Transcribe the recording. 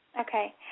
Okay